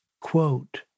quote